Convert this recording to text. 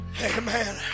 Amen